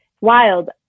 Wild